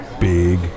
big